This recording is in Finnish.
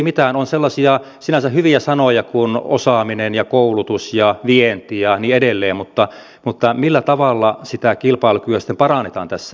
ne ovat sellaisia sinänsä hyviä sanoja kuin osaaminen ja koulutus ja vienti ja niin edelleen mutta millä tavalla sitä kilpailukykyä sitten parannetaan tässä